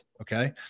okay